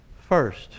first